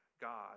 god